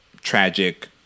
tragic